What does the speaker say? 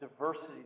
diversity